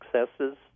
successes